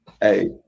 Hey